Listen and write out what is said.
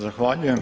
Zahvaljujem.